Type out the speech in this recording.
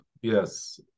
yes